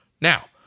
Now